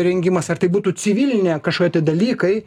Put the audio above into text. rengimas ar tai būtų civilinė kašokie tai dalykai